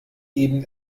eben